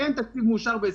שאין תקציב מאושר ב-2020.